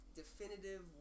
definitive